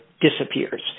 disappears